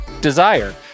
Desire